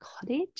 Cottage